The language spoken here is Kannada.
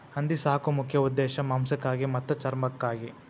ಹಂದಿ ಸಾಕು ಮುಖ್ಯ ಉದ್ದೇಶಾ ಮಾಂಸಕ್ಕಾಗಿ ಮತ್ತ ಚರ್ಮಕ್ಕಾಗಿ